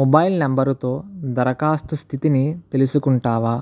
mobile number తో దరఖాస్తు స్థితిని తెలుసుకుంటావా